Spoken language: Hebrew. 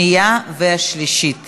שני חברי כנסת התנגדו,